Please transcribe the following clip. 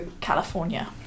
California